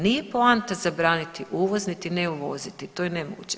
Nije poanta zabraniti uvoz niti ne uvoziti, to je nemoguće.